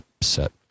set